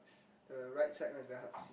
the right side one it's very hard to see